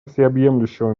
всеобъемлющего